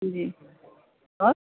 جی اور